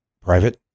private